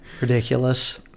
Ridiculous